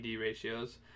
ratios